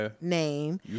name